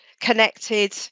connected